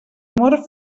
mor